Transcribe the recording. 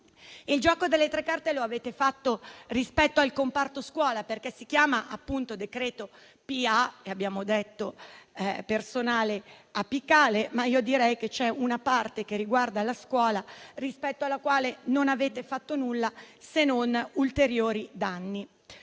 del gioco delle tre carte, che avete fatto rispetto al comparto scuola: si chiama decreto PA - e abbiamo detto che sta per personale apicale - ma direi che c'è una parte che riguarda la scuola rispetto alla quale non avete fatto nulla, se non ulteriori danni.